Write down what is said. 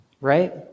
right